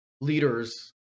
leaders